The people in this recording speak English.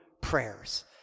prayers